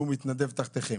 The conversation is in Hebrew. שהוא מתנדב תחתיכם.